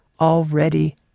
already